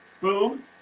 Boom